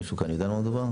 מישהו כאן יודע על מה מדובר?